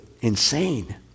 insane